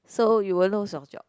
so you won't lose your job